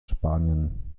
spanien